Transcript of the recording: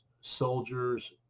soldiers